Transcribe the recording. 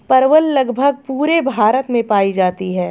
परवल लगभग पूरे भारत में पाई जाती है